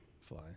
fly